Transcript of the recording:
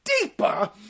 deeper